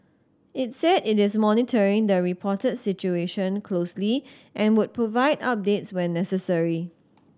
it said it is monitoring the reported situation closely and would provide updates when necessary